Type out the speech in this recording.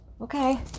Okay